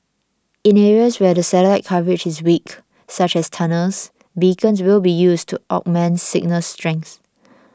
in areas where the satellite coverage is weak such as tunnels beacons will be used to augment signal strength